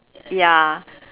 ya